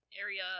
area